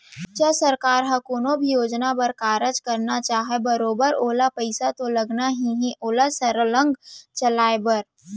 च सरकार ह कोनो भी योजना बर कारज करना चाहय बरोबर ओला पइसा तो लगना ही हे ओला सरलग चलाय बर